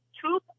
two